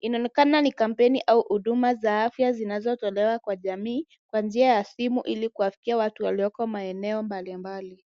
Inaonekana ni kampeni au huduma za afya zinazotolewa kwa jamii, kwa njia ya simu ili kuwafikia watu walioko maeneo mbalimbali.